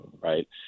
right